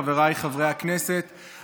חבריי חברי הכנסת,